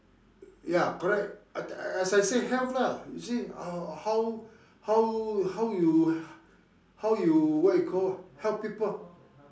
ya correct I I as I say health lah you see how how how you how you what you call help people